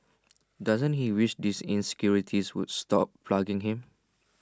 doesn't he wish these insecurities would stop plaguing him